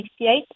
1968